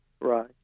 Right